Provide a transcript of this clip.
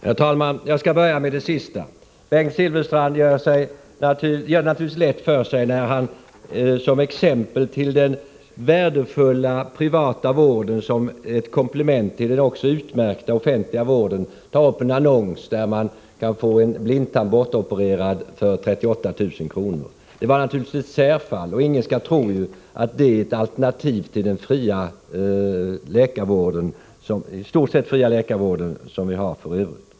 Herr talman! Jag skall börja med det sista. Bengt Silfverstrand gör det lätt för sig när han som exempel på den värdefulla privata vården som komplement till den likaså utmärkta offentliga vården tar upp en annons att man kan få blindtarmen bortopererad för 38 000 kr. Det var naturligtvis ett särfall, och ingen skall tro att det är ett alternativ till den i stort sett fria läkarvård som vi har för övrigt.